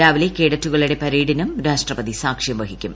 രാവിലെ കേഡറ്റുകളുടെ പരേഡിനും രാഷ്ട്രപതി സാക്ഷ്യം വഹിക്കും